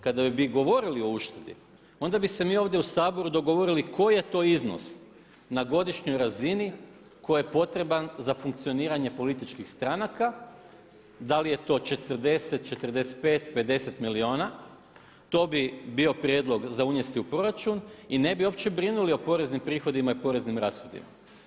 Kada bi govorili o uštedi onda bi se mi ovdje u Saboru dogovorili koji je to iznos na godišnjoj razini koji je potreban za funkcioniranje političkih stranaka, da li je to 40, 45, 50 milijuna, to bi bio prijedlog za unesti u proračun i ne bi uopće brinuli o poreznim prihodima i poreznim rashodima.